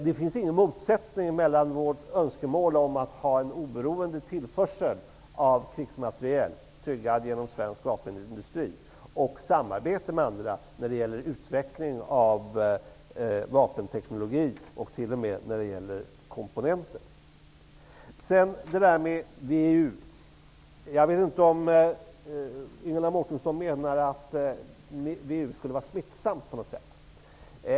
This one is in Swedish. Det finns ingen motsättning mellan vårt önskemål om att ha en oberoende tillförsel av krigsmatriel tryggad genom svensk vapenindustri och samarbete med andra länder när det gäller utveckling av vapenteknologi och t.o.m. i fråga om komponenter. Jag vet inte om Ingela Mårtensson menar att WEU på något sätt skulle vara smittsamt.